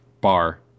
bar